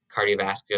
cardiovascular